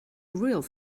real